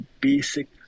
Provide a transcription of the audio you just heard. basic